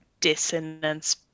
dissonance